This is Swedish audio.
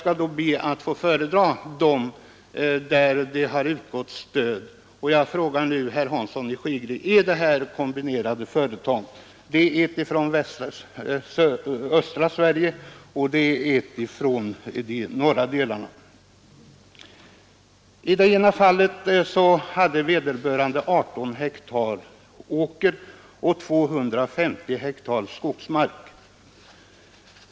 Jag ber att få föredra dem. Och jag frågar nu herr Hansson i Skegrie om detta är kombinerade företag. Det ena är från östra Sverige och det andra från de norra delarna av landet. I det första fallet hade vederbörande 18 hektar åker och 250 hektar skogsmark.